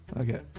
Okay